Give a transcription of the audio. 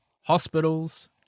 hospitals